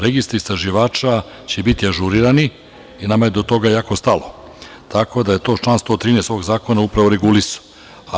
Registri istraživača će biti ažurirani i nama je do toga jako stalo, tako da je to član 113. ovog zakona upravo regulisao.